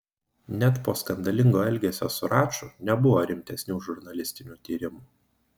net po skandalingo elgesio su raču nebuvo rimtesnių žurnalistinių tyrimų